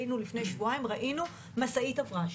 היינו לפני שבועיים, ראינו, משאית עברה שם.